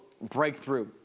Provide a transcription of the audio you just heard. breakthrough